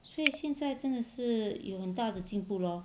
所以现在真的是有很大的进步 lor